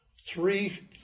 three